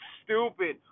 stupid